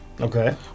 Okay